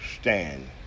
stand